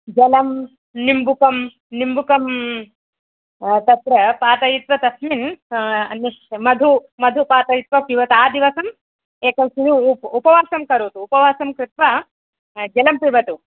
जलं निम्बुकं निम्बुकं तत्र पातयित्वा तस्मिन् अन्यत् मधु मधु पातयित्वा पिबत आदिवसम् एकम् उपवासं करोतु उपवासं कृत्वा जलं पिबतु